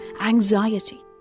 anxiety